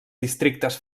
districtes